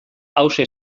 hauxe